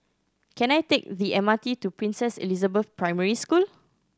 can I take the M R T to Princess Elizabeth Primary School